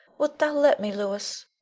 wilt thou let me, louis?